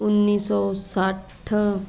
ਉਨੀ ਸੌ ਸੱਠ